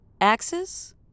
axes